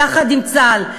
יחד עם צה"ל.